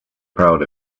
proud